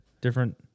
different